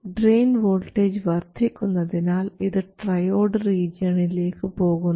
drain voltage വർദ്ധിക്കുന്നതിനാൽ ഇത് triode റീജിയണിലേക്ക് പോകുന്നു